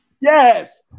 Yes